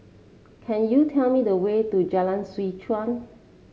can you tell me the way to Jalan Seh Chuan